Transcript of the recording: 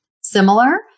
similar